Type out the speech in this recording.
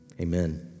Amen